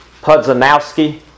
Pudzanowski